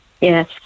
Yes